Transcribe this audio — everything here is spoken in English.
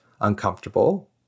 uncomfortable